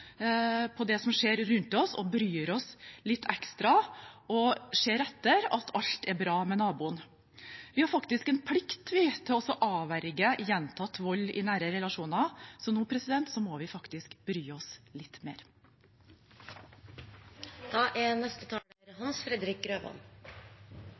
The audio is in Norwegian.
på det som skjer rundt oss, bryr oss litt ekstra og ser etter at alt er bra med naboen. Vi har en plikt til å avverge gjentatt vold i nære relasjoner, så nå må vi faktisk bry oss litt mer. Jeg vil takke kulturministeren for en god redegjørelse. For Kristelig Folkeparti er